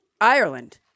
Ireland